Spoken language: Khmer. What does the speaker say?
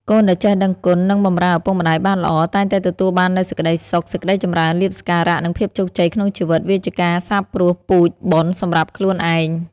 កូនដែលចេះដឹងគុណ និងបម្រើឪពុកម្តាយបានល្អ តែងតែទទួលបាននូវសេចក្តីសុខ សេចក្តីចម្រើន លាភសក្ការៈ និងភាពជោគជ័យក្នុងជីវិត វាជាការសាបព្រោះពូជបុណ្យសម្រាប់ខ្លួនឯង។